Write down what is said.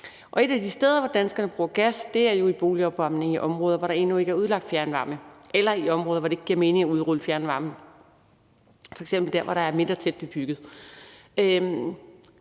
Et af de steder, hvor danskerne bruger gas, er jo i boligopvarmningen i områder, hvor der endnu ikke er udlagt fjernvarme, eller i områder, hvor det ikke giver mening at udrulle fjernvarme, f.eks. dér, hvor der er mindre tæt bebygget.